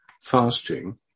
fasting